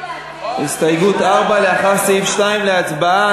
הסתייגות 4 לאחר סעיף 2, להצבעה.